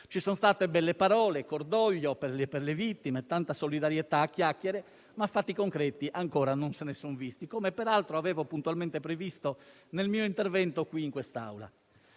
Ci sono state belle parole e cordoglio per le vittime, tanta solidarietà a chiacchiere, ma fatti concreti ancora non se ne sono visti, come peraltro avevo puntualmente previsto nel mio intervento in quest'Aula.